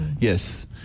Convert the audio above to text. Yes